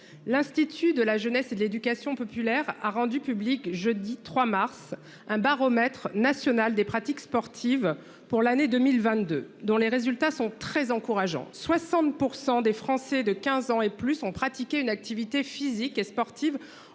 L'institut de la jeunesse et de l'éducation populaire a rendu public jeudi 3 mars un baromètre national des pratiques sportives, pour l'année 2022 dont les résultats sont très encourageants, 60% des Français de 15 ans et plus ont pratiqué une activité physique et sportive